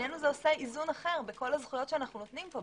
בעינינו זה עושה איזון אחר בכל הזכויות שאנחנו נותנים פה.